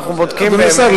אדוני השר,